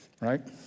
Right